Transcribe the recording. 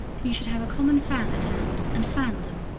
you should have a common fan at hand and fan them,